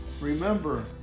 Remember